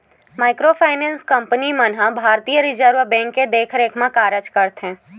micro finance company मन ह भारतीय रिजर्व बेंक के देखरेख म कारज करथे